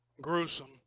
gruesome